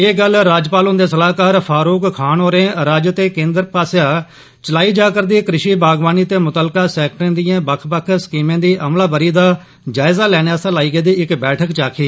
एह् गल्ल राज्यपाल हुन्दे सलाहकार फारूक खान होरे राज्य ते केन्द्र पासेआ चलाई जा'रदी कृषि बागवानी ते मुत्तलका सैक्टरें दियें बक्ख बक्ख स्कीमें दी अमलावरी दा जायजा लैने आस्तै लाई गेदी बैठक च आक्खी